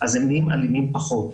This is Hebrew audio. אז הם נהיים אלימים פחות.